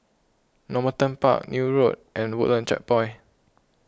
Normanton Park Neil Road and Woodlands Checkpoint